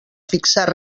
fixar